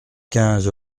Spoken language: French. quinze